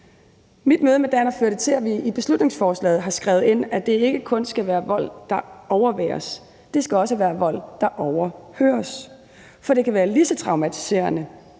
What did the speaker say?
beslutningsforslaget har skrevet ind, at det ikke kun skal være vold, der overværes; det skal også være vold, der overhøres. For det kan være lige så traumatiserende,